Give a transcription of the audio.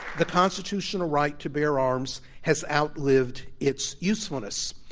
the constitutional right to bear arms has outlived its usefulness.